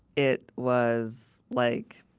it was like